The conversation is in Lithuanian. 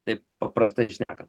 taip paprastai šnekant